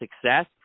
success